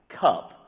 cup